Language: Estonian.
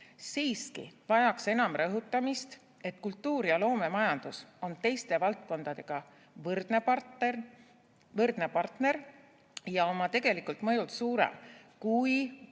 Siiski vajaks enam rõhutamist, et kultuur ja loomemajandus on teiste valdkondadega võrdne partner ja oma tegelikult mõjult suurem kui